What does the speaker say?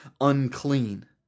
unclean